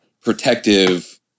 protective